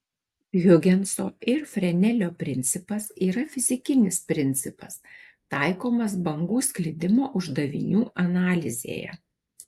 hiugenso ir frenelio principas yra fizikinis principas taikomas bangų sklidimo uždavinių analizėje